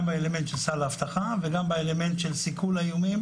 גם באלמנט של סל האבטחה וגם באלמנט של סיכול האיומים.